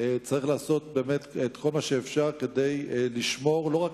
צריך לעשות את כל מה שאפשר כדי לשמור לא רק